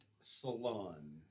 Salon